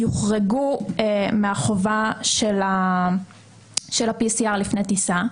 יוחרגו מהחובה של ה-PCR לפני טיסה.